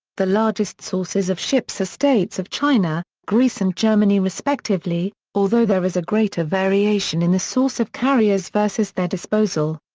the largest sources of ships are states of china, greece and germany respectively, although there is a greater variation in the source of carriers versus their disposal.